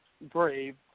brave